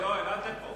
יואל, יואל, עד לפה.